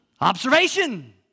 Observation